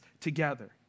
together